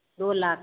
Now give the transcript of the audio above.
दो लाख